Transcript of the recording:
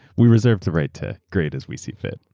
we reserve the right to great as we see fit.